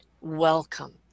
welcome